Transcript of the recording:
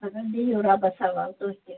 اَدٕ حظ بِہِو رۅبس حوال تُہۍ تہِ